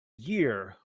year